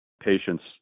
patients